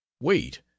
Wait